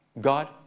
God